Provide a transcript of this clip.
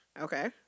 Okay